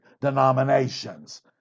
denominations